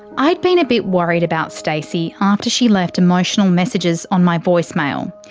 i'd been a bit worried about stacey after she left emotional messages on my voicemail.